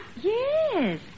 Yes